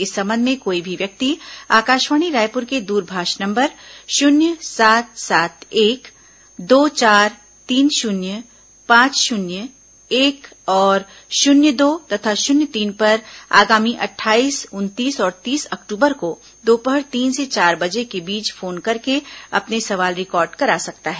इस संबंध में कोई भी व्यक्ति आकाशवाणी रायपुर के दूरभाष नम्बर शून्य सात सात एक दो चार तीन शून्य पांच शून्य एक और शून्य दो तथा शून्य तीन पर आगामी अट्ठाईस उनतीस और तीस अक्टूबर को दोपहर तीन से चार बजे के बीच फोन करके अपने सवाल रिकार्ड करा सकता है